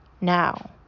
now